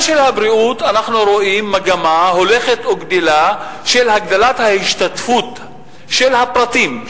אנחנו רואים מגמה הולכת ומתרחבת של הגדלת ההשתתפות של הפרטים,